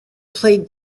played